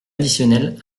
additionnel